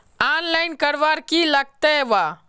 Online करवार की लगते वा?